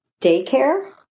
daycare